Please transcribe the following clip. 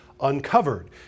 uncovered